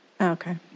Okay